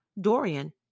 Dorian